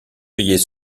payer